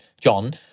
John